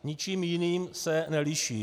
Ničím jiným se neliší.